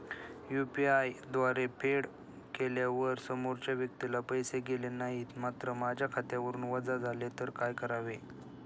UPI द्वारे फेड केल्यावर समोरच्या व्यक्तीला पैसे गेले नाहीत मात्र माझ्या खात्यावरून वजा झाले तर काय करावे?